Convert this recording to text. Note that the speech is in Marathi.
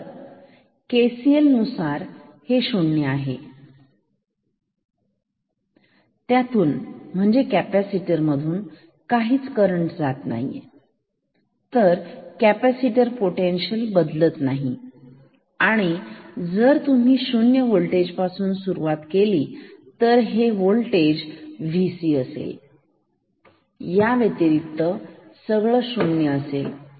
तर KCL नुसार हे शून्य आहे त्यातून म्हणजे कॅपॅसिटर मधून काही करंट जात नाही तर कॅपॅसिटर पोटेन्शिअल बदलत नाही आणि जर तुम्ही शून्य होल्टेज पासून सुरुवात केली तर हे होल्टेज VC असेल आणि याव्यतिरिक्त सगळं शून्य असेल